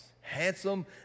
handsome